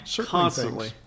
Constantly